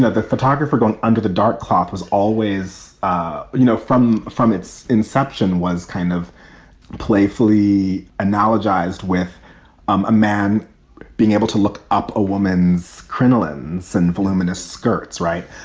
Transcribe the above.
the the photographer going under the dark cloth was always, ah you know, from from its inception was kind of playfully analogized with um a man being able to look up a woman's crinolines and voluminous skirts. right.